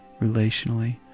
relationally